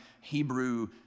Hebrew